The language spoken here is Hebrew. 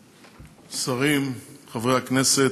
שרים, חברי הכנסת,